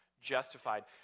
justified